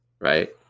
Right